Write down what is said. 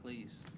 please,